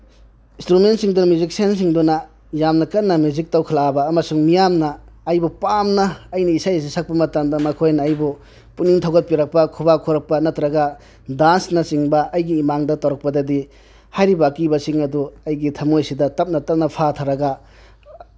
ꯏꯟꯁꯇ꯭ꯔꯨꯃꯦꯟꯁꯤꯡꯗꯨꯅ ꯃ꯭ꯌꯨꯖꯤꯛꯁꯤꯌꯥꯟꯁꯤꯡꯗꯨꯅ ꯌꯥꯝꯅ ꯀꯟꯅ ꯃ꯭ꯌꯨꯖꯤꯛ ꯇꯧꯈꯠꯂꯛꯑꯕ ꯑꯃꯁꯨꯡ ꯃꯤꯌꯥꯝꯅ ꯑꯩꯕꯨ ꯄꯥꯝꯅ ꯑꯩꯅ ꯏꯁꯩ ꯑꯁꯤ ꯁꯛꯄ ꯃꯇꯝꯗ ꯃꯈꯣꯏꯅ ꯑꯩꯕꯨ ꯄꯨꯛꯅꯤꯡ ꯊꯧꯒꯠꯄꯤꯔꯛꯄ ꯈꯨꯄꯥꯛ ꯈꯨꯔꯛꯄ ꯅꯠꯇ꯭ꯔꯒ ꯗꯥꯟꯁꯅꯆꯤꯡꯕ ꯑꯩꯒꯤ ꯏꯃꯥꯡꯗ ꯇꯧꯔꯛꯄꯗꯗꯤ ꯍꯥꯏꯔꯤꯕ ꯑꯀꯤꯕꯁꯤꯡ ꯑꯗꯨ ꯑꯩꯒꯤ ꯊꯃꯣꯏꯁꯤꯗ ꯇꯞꯅ ꯇꯞꯅ ꯐꯥꯊꯔꯒ